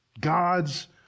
God's